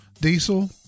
diesel